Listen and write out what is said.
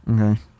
Okay